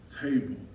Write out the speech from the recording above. table